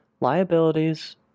liabilities